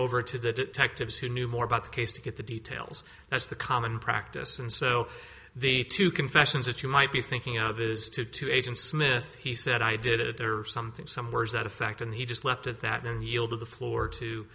over to the detectives who knew more about the case to get the details that's the common practice and so the two confessions that you might be thinking of is two to agent smith he said i did it or something somewhere is that a fact and he just leaped at that and yielded the floor to